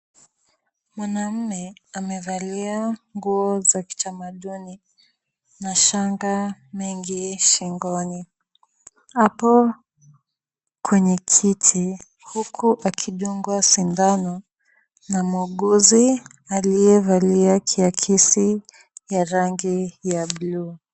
Mwanaume amevalia nguo za kitamaduni na shanga mingi shingoni. Ako kwenye kiti huku akidungwa sindano na muuguzi aliyevalia kiakisi ya rangi ya bluu.